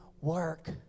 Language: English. work